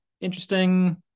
interesting